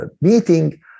meeting